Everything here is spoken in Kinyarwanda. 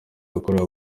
yakorewe